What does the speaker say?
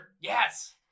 Yes